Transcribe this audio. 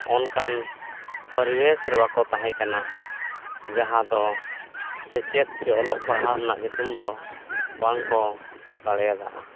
ᱚᱱᱠᱟᱱ ᱯᱚᱨᱤᱵᱮᱥ ᱨᱮ ᱵᱟᱠᱚ ᱛᱟᱦᱮᱸ ᱠᱟᱱᱟ ᱡᱟᱦᱟᱸ ᱫᱚ ᱥᱮᱪᱮᱫ ᱥᱮ ᱚᱞᱚᱜ ᱯᱟᱲᱦᱟᱜ ᱨᱮᱱᱟᱜ ᱧᱩᱛᱩᱢ ᱫᱚ ᱵᱟᱝᱠᱚ ᱫᱟᱲᱮᱭᱟᱜᱼᱟ